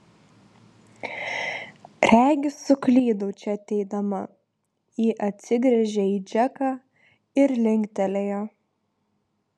regis suklydau čia ateidama ji atsigręžė į džeką ir linktelėjo